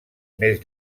més